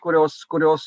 kurios kurios